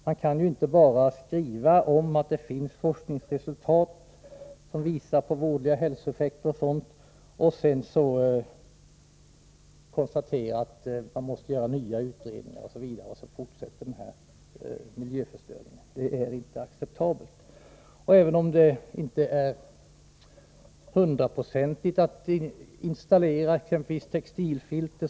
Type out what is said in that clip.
Man kan ju inte bara skriva om att det finns forskningsresultat som visar på vådliga hälsoeffekter osv., men sedan bara konstatera att det behövs nya utredningar, medan miljöförstöringen fortsätter. Detta är inte acceptabelt. Vi har i vår motion krävt installation av textilfilter.